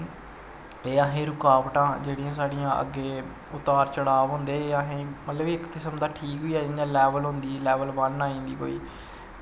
एह् असें रुकावटां जेह्ड़ियां साढ़ियां अग्गें उतार चढ़ाव होंदे एह् असें मतलव कि इक किस्म दा छीक बी ऐ जियां लैवल होंदी लैवल बन आई जंदी कोई